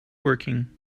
working